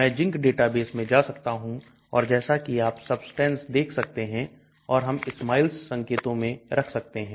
मैं ZINC database में जा सकता हूं और जैसा कि आप substances देख सकते हैं और हम SMILES संकेतों में रख सकते हैं